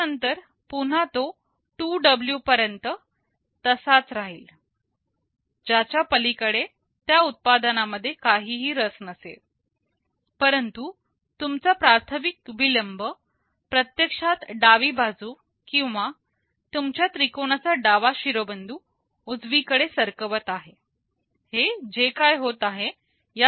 त्यानंतर पुन्हा तो 2W पर्यंत तसाच राहील ज्याच्या पलीकडे त्या उत्पादनामध्ये काहीही रस नसेल परंतु तुमचा प्राथमिक विलंब प्रत्यक्षात डावी बाजू किंवा तुमच्या त्रिकोणाचा डावा शिरोबिंदू उजवीकडे सरकवत आहे हे जे काय होत आहे